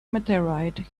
meteorite